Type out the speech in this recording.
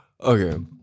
okay